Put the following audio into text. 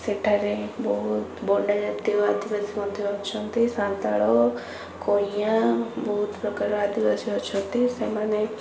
ସେଠାରେ ବହୁତ ବଣ୍ଡା ଜାତୀୟ ଆଦିବାସୀ ମଧ୍ୟ ଅଛନ୍ତି ସାନ୍ତାଳ କଇଁଆ ବହୁତ ପ୍ରକାର ଆଦିବାସୀ ଅଛନ୍ତି ସେମାନେ